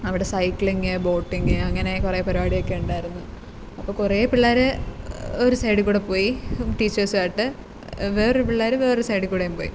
അവിടെ cycling boating അങ്ങനെ കുറേ പരിപാടിയൊക്കെ ഉണ്ടായിരുന്നു അപ്പം കുറേ പിള്ളേർ ഒരു സൈഡിൽ കുടെ പോയി ടീച്ചേഴ്സുമായിട്ട് വേറൊരു പിള്ളേർ വേറൊരു സൈഡിൽ കൂടെയും പോയി